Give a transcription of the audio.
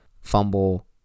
Fumble